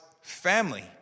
family